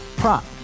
prop